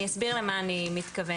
אני אסביר למה אני מתכוונת,